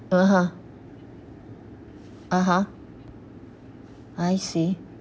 (uh huh) (uh huh) I see